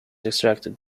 extracted